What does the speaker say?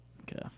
Okay